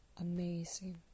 amazing